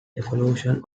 evolution